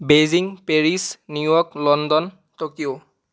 Beijing Paris New York London Tokyo